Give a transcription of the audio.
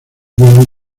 vuelo